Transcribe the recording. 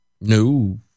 No